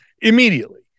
immediately